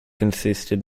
consisted